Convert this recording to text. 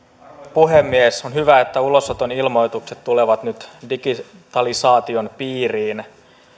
puhemies on hyvä että ulosoton ilmoitukset tulevat nyt digitalisaation piiriin